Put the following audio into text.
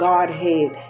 Godhead